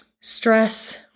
stress